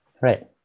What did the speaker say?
right